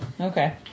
Okay